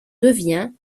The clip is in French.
devient